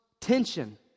tension